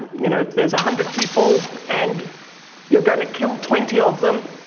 you know, there's a hundred people and you're going to kill twenty of them